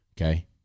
Okay